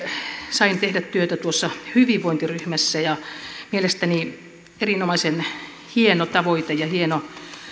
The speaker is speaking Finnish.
sain tehdä työtä tuossa hyvinvointiryhmässä ja mielestäni erinomaisen hieno tavoite ja hieno